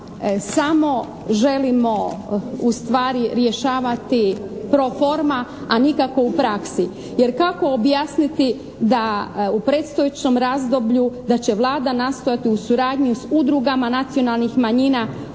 samo želimo u stvari rješavati proforma, a nikako u praksi. Jer kako objasniti da u predstojećem razdoblju da će Vlada nastojati u suradnji s udrugama nacionalnih manjina